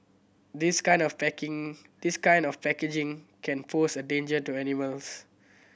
this kind of package this kind of packaging can pose a danger to animals